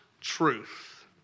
truth